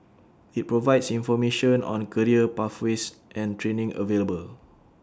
IT provides information on career pathways and training available